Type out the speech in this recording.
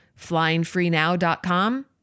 flyingfreenow.com